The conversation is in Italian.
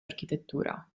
architettura